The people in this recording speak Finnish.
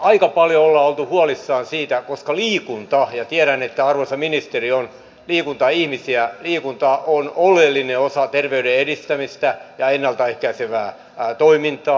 aika paljon ollaan oltu huolissaan siitä koska liikunta tiedän että arvoisa ministeri on liikuntaihmisiä on oleellinen osa terveyden edistämistä ja ennalta ehkäisevää toimintaa